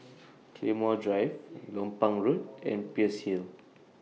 Claymore Drive Lompang Road and Peirce Hill